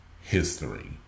history